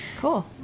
Cool